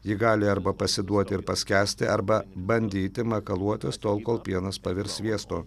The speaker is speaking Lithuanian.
ji gali arba pasiduoti ir paskęsti arba bandyti makaluotis tol kol pienas pavirs sviestu